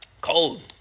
Cold